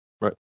Right